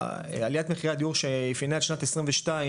שעליית מחירי הדיור שאפיינה את שנת 22,